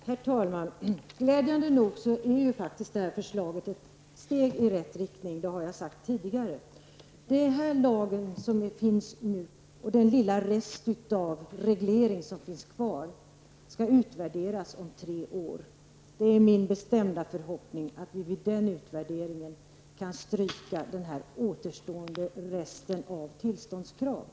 Herr talman! Det här förslaget är faktiskt, glädjande nog, ett steg i rätt riktning, som jag tidigare har sagt. Den lag som finns och den lilla rest av reglering som finns kvar skall utvärderas om tre år. Det är min bestämda förhoppning att vi vid den utvärderingen kan stryka resterande tillståndskrav.